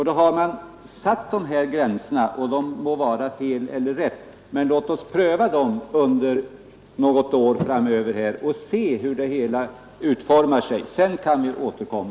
De gränser som uppsatts må ha satts fel eller rätt, men låt oss pröva dem under något år framöver och se hur det hela utformar sig. Sedan kan det vara lämpligt att återkomma.